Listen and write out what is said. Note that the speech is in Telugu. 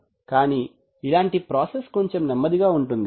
కాని ఇలాంటి ప్రాసెస్ కొంచెం నెమ్మదిగా ఉంటుంది